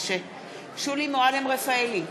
שולי מועלם-רפאלי,